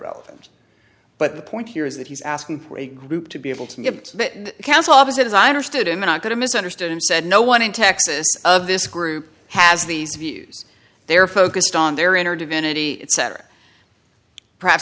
relevant but the point here is that he's asking for a group to be able to get counsel opposite as i understood him and i'm going to misunderstood and said no one in texas of this group has these views they're focused on their inner divinity cetera perhaps